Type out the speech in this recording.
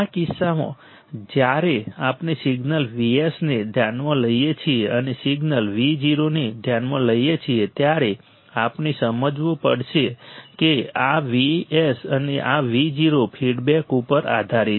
આ કિસ્સામાં જ્યારે આપણે સિગ્નલ Vs ને ધ્યાનમાં લઈએ છીએ અને સિગ્નલ Vo ને ધ્યાનમાં લઈએ છીએ ત્યારે આપણે સમજવું પડશે કે આ Vs અને આ Vo ફીડબેક ઉપર આધારિત છે